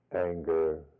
anger